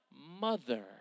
mother